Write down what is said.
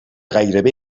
gairebé